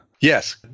Yes